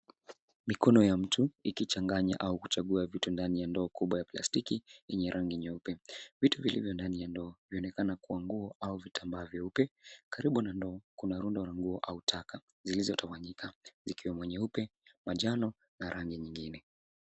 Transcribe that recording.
Mikono ya mtu ikichanganya au kuchagua vitu ndani ya plastiki yenye rangi nyeupe. Vitu vilivyondani ya ndoo vyaonekana kuwa nguo au vitambaa vyeupe. Karibu na ndoo, kuna rundo la nguo au taka zilizotawanyika zikiwemo nyeupe, manjano na rangi nyingine.